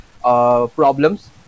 problems